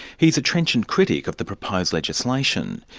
he's a trenchant critic of the proposed legislation.